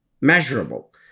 measurable